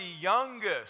youngest